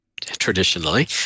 traditionally